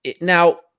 Now